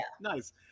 Nice